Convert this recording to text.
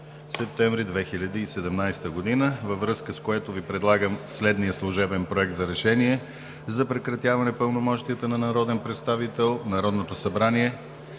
септември 2017 г.“ Във връзка с това Ви предлагам следния служебен „Проект РЕШЕНИЕ за прекратяване пълномощията на народен представител Народното събрание